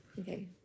Okay